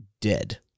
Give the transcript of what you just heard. dead